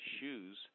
shoes